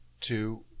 two